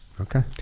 Okay